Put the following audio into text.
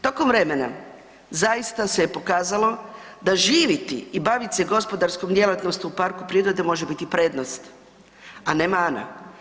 Tokom vremena zaista se je pokazalo da živjeti i baviti se gospodarskom djelatnosti u parku prirode može biti prednost, a ne mana.